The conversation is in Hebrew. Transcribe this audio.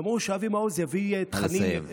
ואמרו שאבי מעוז יביא תכנים, נא לסיים.